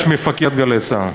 יש מפקד "גלי צה"ל".